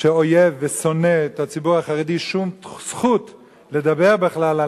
שאויב ושונא את הציבור החרדי שום זכות לדבר בכלל על